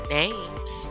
names